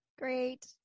Great